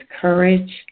courage